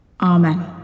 Amen